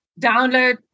download